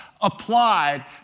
applied